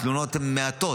התלונות הן מעטות.